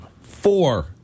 Four